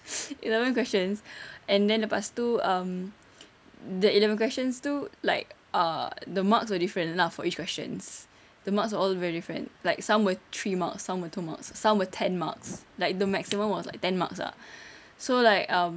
eleven questions and then lepas tu um the eleven questions tu like ah the marks were different lah for each questions the marks all very different like some were three marks some were two marks some were ten marks like the maximum was like ten marks ah so like um